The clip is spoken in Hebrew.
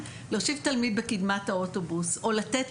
להוסיף תלמיד בקדמת האוטובוס או לתת